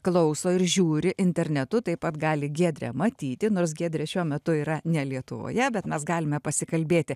klauso ir žiūri internetu taip pat gali giedrę matyti nors giedrė šiuo metu yra ne lietuvoje bet mes galime pasikalbėti